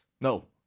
No